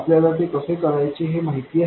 आपल्याला ते कसे करायचे हे माहित आहे